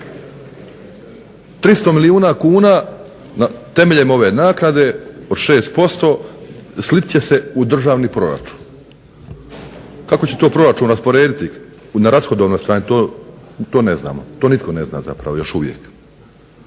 300 milijuna kuna temeljem ove naknade od 6% slit će se u državni proračun. Kako će to proračun rasporediti na rashodovnoj strani to ne znamo, to nitko zapravo ne zna još uvijek.